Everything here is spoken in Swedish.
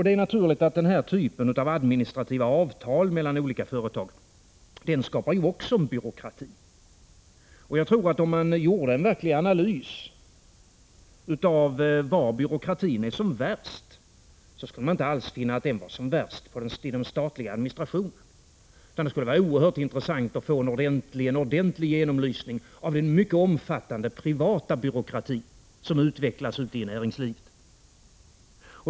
Det är naturligt att den här typen av administrativa avtal mellan olika företag också skapar en byråkrati. Jag tror att om man gjorde en verklig analys av var byråkratin är som värst, skulle man inte alls finna att den var som värst inom den statliga administrationen. Det skulle vara oerhört intressant att få en ordentlig genomlysning av den mycket omfattande privata byråkrati som utvecklas ute i näringslivet.